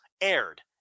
aired